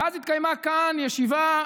ואז התקיימה כאן ישיבת